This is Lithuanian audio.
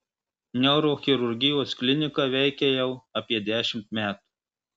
neurochirurgijos klinika veikia jau apie dešimt metų